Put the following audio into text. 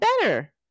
better